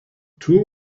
two